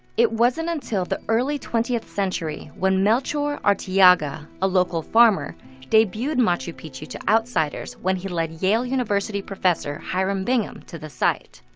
it wasn't until the early twentieth century when melchor arteaga, a local farmer debuted machu picchu to outsiders when he led yale university professor hiram bingham to the site.